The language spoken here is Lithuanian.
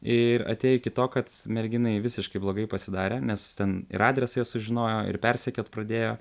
ir atėjo iki to kad merginai visiškai blogai pasidarė nes ten ir adresą jie sužinojo ir persekiot pradėjo